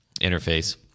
interface